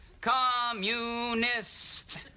Communists